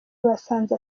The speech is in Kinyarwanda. basanze